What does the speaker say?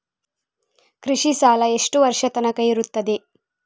ಕೃಷಿ ಸಾಲ ಎಷ್ಟು ವರ್ಷ ತನಕ ಇರುತ್ತದೆ?